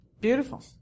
Beautiful